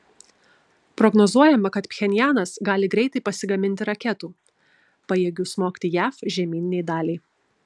prognozuojama kad pchenjanas gali greitai pasigaminti raketų pajėgių smogti jav žemyninei daliai